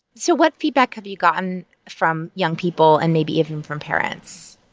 so what feedback have you gotten from young people and maybe even from parents?